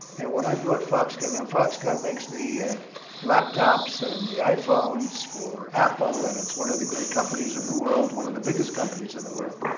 and when i brought foxconn now, foxconn makes the laptops and the iphones for apple, and it's one of the great companies of the world. one of the biggest companies in the world.